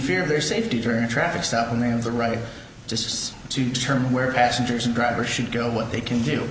beefier their safety during a traffic stop when they have the right just to determine where passengers and driver should go what they can do